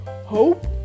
hope